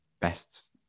best